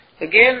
again